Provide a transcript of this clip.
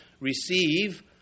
receive